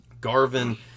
Garvin